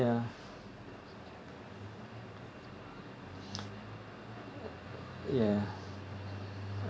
ya ya